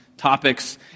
topics